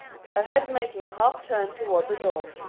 her head making a half-turn toward the door.